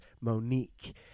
Monique